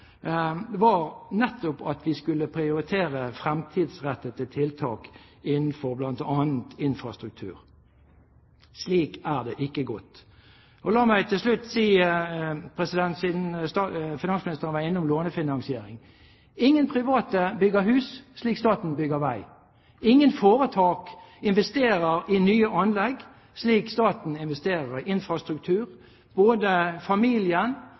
var nettopp at vi skulle prioritere fremtidsrettede tiltak innenfor bl.a. infrastruktur. Slik har det ikke gått. La meg til slutt si – siden finansministeren var innom lånefinansiering: Ingen private bygger hus slik staten bygger vei. Ingen foretak investerer i nye anlegg slik staten investerer i infrastruktur. Både